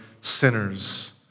sinners